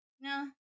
No